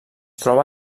troba